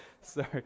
Sorry